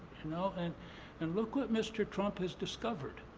you know and and look what mr. trump has discovered.